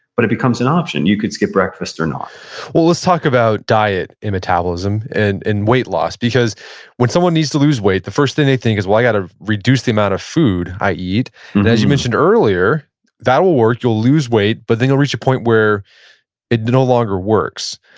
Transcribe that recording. but it becomes an option, you could skip breakfast, or not well let's talk about diet and metabolism and and weight loss, because when someone needs to lose weight the first thing they think is well i got to reduce the amount of food i eat, and as you mentioned earlier that'll work, you'll lose weight. but then you'll reach a point where it no longer works.